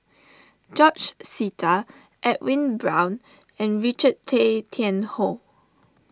George Sita Edwin Brown and Richard Tay Tian Hoe